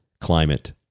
climate